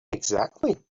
exactly